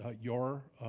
ah your,